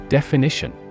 Definition